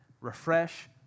refresh